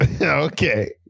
Okay